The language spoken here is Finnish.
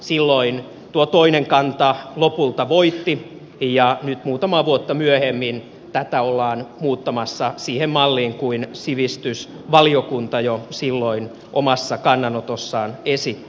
silloin tuo toinen kanta lopulta voitti ja nyt muutamaa vuotta myöhemmin tätä ollaan muuttamassa siihen malliin kuin sivistysvaliokunta jo silloin omassa kannanotossaan esitti